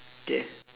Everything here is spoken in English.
death